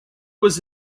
was